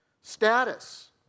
Status